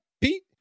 Pete